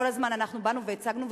כל הזמן אנחנו באנו והצגנו,